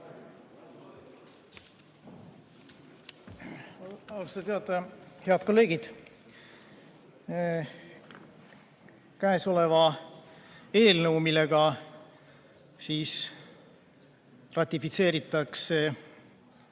Head kolleegid! Käesoleva eelnõuga ratifitseeritakse